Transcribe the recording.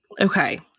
Okay